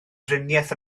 driniaeth